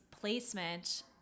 placement